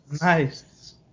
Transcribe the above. Nice